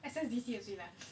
S_S_D_C 最难